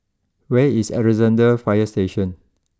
where is Alexandra fire Station